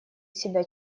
себя